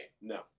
no